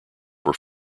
were